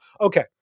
Okay